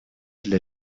для